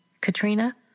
Katrina